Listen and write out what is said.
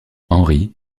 henry